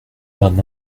d’un